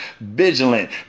vigilant